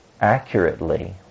accurately